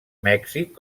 mèxic